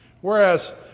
Whereas